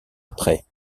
après